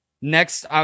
Next